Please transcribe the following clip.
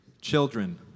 Children